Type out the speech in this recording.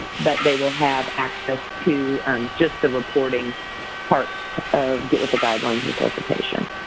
but they will have access to just the reporting parts of get with the guidelines-resuscitation.